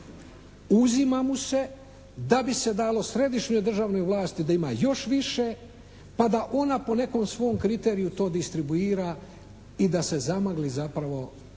uzima mu se da bi se dalo središnjoj državnoj vlasti da ima još više pa da ona po nekom svom kriteriju to distribuira i da se zamagli zapravo